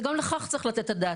וגם לכך צריך לתת את הדעת.